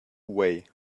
way